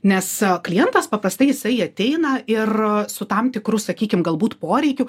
nes klientas paprastai jisai ateina ir su tam tikru sakykim galbūt poreikiu